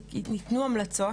ניתנו המלצות,